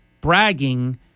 bragging